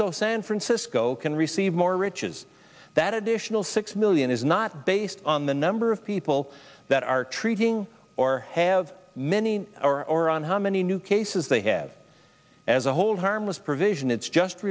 so san francisco can receive more riches that additional six million is not based on the number of people that are treating or have many are or on how many new cases they have as a hold harmless provision it's just